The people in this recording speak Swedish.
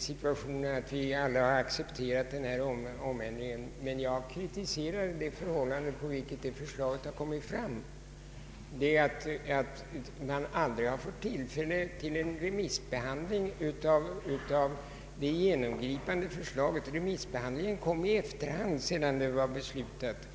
så till vida att vi alla har accepterat denna omorganisation. Men jag har kritiserat det sätt på vilket förslaget har kommit fram. Man har inte fått tillfälle till någon remissbehandling av det genomgripande förslaget. Remissbehandlingen ägde rum i efterhand sedan beslutet var fattat.